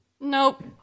Nope